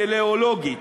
טלאולוגית.